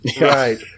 Right